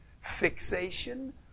fixation